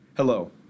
Hello